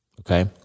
Okay